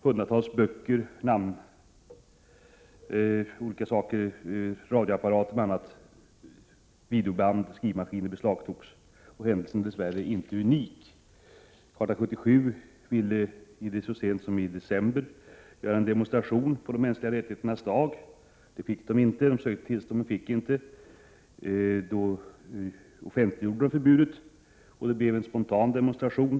Hundratals böcker, radioapparater, videoband och skrivmaskiner beslagtogs. Händelsen är dess värre inte unik. Charta 77 ville så sent som i december göra en demonstration på de mänskliga rättigheternas dag. Man sökte tillstånd, men fick inte något sådant. Då offentliggjorde man förbudet, och det blev en spontan demonstration.